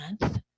month